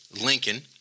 Lincoln